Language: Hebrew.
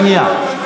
את בשנייה.